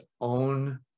own